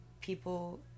people